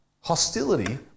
hostility